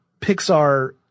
Pixar